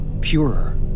purer